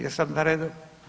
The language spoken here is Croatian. je sad na redu.